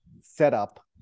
setup